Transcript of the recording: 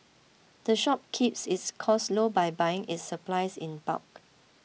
the shop keeps its costs low by buying its supplies in bulk